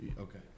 Okay